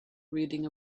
reading